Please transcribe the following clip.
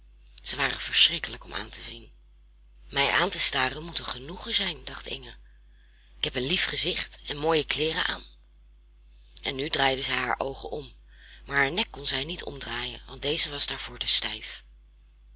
zij waren verschrikkelijk om aan te zien mij aan te staren moet een genoegen zijn dacht inge ik heb een lief gezicht en mooie kleeren aan en nu draaide zij haar oogen om maar haar nek kon zij niet omdraaien want deze was daarvoor te stijf